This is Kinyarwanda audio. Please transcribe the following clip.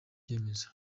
cyemezo